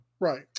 Right